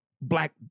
Black